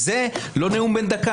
זה לא נאום בן דקה.